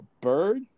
bird